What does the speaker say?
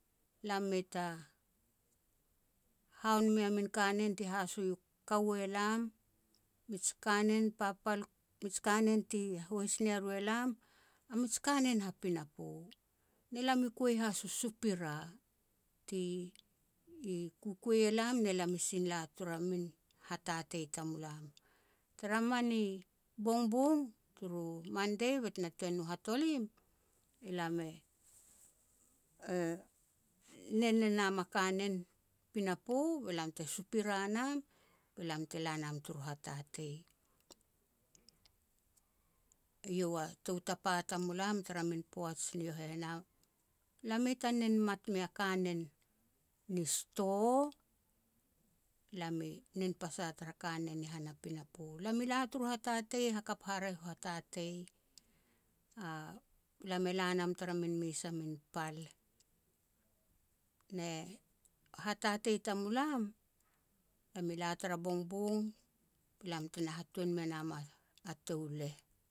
lam mei ta haon mea a min kanen ti haso u kaua elam, mij kanen papal, miji kanen ti hois nia ru elam, a mij kanen ha pinapo. Ne lam i kua has u supira ti i kukua elam, ne lam i sin la tara min hatatei tamulam. Tara mani bongbong turu mandei bet na tuan no hatolim, elam e nen e nam a kanen pinapo be lam te supira nam be lam te la nam turu hatatei. Eiau a tou tapa tamulam tara min poaj ni yo heh, na lam mei ta nen mat mea kanen ni sto. Lam i nen pas a tara kanen ni hana pinapo. Lam i la turu hatatei hakap haraeh hatatei, lam e la nam tara min mes a min pal, ne hatatei tamulam, lam i la tara bongbong be lam tena hatuan me nam a touleh.